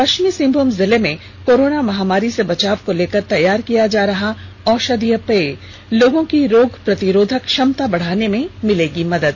पश्चिमी सिंहभूम जिले में कोरोना महामारी से बचाव को लेकर तैयार किया जा रहा औषधीय पेय लोगो की रोग प्रतिरोधक क्षमता बढ़ाने में मिलेगी मदद